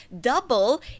double